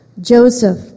Joseph